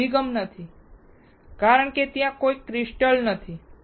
અહીં કોઈ અભિગમ નથી કારણ કે ત્યાં કોઈ ક્રિસ્ટલ નથી